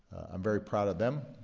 i'm very proud of them.